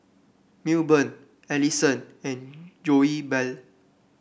Milburn Ellison and Goebel